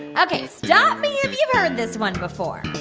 ok, stop me if you've heard this one before.